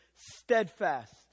steadfast